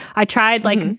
i tried like, and